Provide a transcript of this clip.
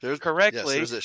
correctly